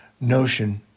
notion